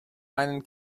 einen